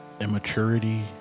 immaturity